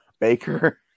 Baker